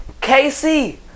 Casey